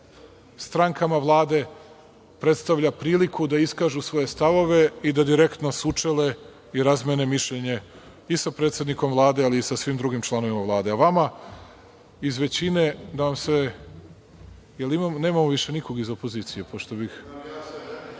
strankama Vlade predstavlja priliku da iskažu svoje stavove i da direktno sučele i razmene mišljenje i sa predsednikom Vlade ali i sa svim drugim članovima Vlade. Vama iz većine, mislim da nemamo više nikog iz opozicije. Dobro,